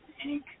pink